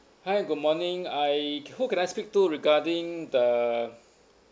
hi good morning I who can I speak to regarding the